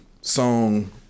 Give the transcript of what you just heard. song